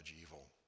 evil